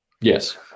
Yes